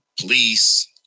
police